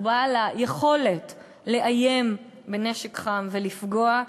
הוא בעל היכולת לאיים בנשק חם ולפגוע,